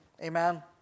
amen